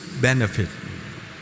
benefit